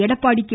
Edappadi K